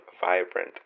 vibrant